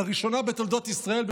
לראשונה בתולדות ישראל,